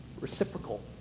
reciprocal